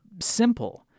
simple